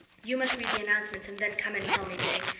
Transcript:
you must read the announcements and then come and tell me, jane.